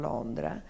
Londra